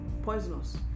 Poisonous